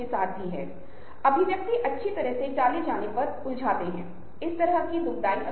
मैं सिर्फ प्रधानमंत्री को पत्र भेजना चाहता हूं इसलिए मैं इसे इस व्यक्ति को भेजता हूं